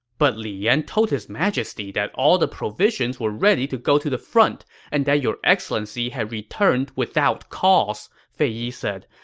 but li yan told his majesty that all the provisions were ready to go to the front and that your excellency had returned without cause, fei yi said.